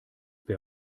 wer